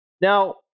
now